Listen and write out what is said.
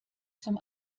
zum